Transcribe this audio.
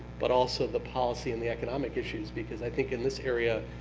but also the policy and the economic issues, because i think, in this area,